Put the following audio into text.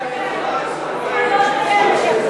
הוועדה לזכויות הילד.